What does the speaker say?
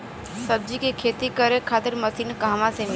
सब्जी के खेती करे खातिर मशीन कहवा मिली?